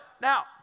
now